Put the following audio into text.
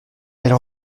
elle